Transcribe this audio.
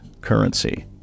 currency